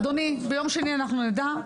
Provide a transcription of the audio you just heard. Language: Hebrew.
אדוני, ביום שני אנחנו נדע.